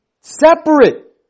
separate